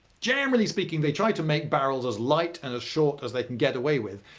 generally speaking, they try to make barrels as light and as short as they can get away with.